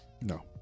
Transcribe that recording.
No